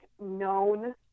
known